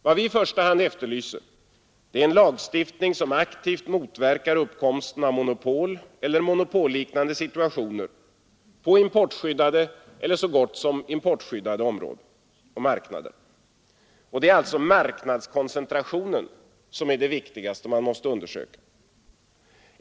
Vad vi i första hand efterlyser är en lagstiftning som aktivt motverkar uppkomsten av monopol eller monopolliknande situationer på importskyddade eller så gott som importskyddade områden och marknader. Det är alltså marknadskoncentrationen som är det viktigaste man måste undersöka.